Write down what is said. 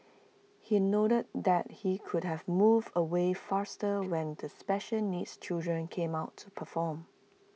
he noted that he could have moved away faster when the special needs children came out to perform